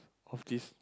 of this